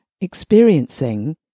experiencing